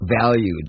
valued